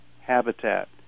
habitat